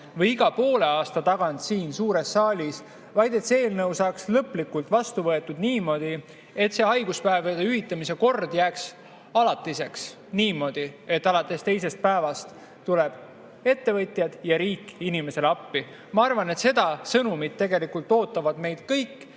või iga poole aasta tagant siin suures saalis, vaid see saaks lõplikult vastu võetud niimoodi, et haiguspäevade hüvitamise kord jääks alatiseks niisuguseks: alates teisest päevast tulevad ettevõtjad ja riik inimesele appi. Ma arvan, et seda sõnumit ootavad meilt kõik